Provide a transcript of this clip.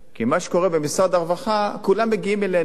כי מה שקורה במשרד הרווחה, כולם מגיעים אלינו,